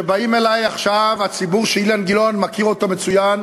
שבאים אלי עכשיו, הציבור שאילן גילאון מכיר מצוין,